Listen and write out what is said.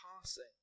passing